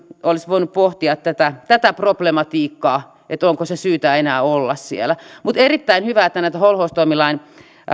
olisi voinut pohtia tätä tätä problematiikkaa että onko sen syytä enää olla siellä on erittäin hyvä että näitä holhoustoimilain